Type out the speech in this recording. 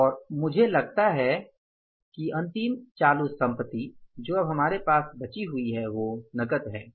और मुझे लगता है कि अंतिम चालू संपत्ति जो अब हमारे पास बचा हुआ है वो नकद है